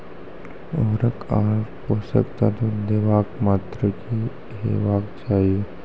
उर्वरक आर पोसक तत्व देवाक मात्राकी हेवाक चाही?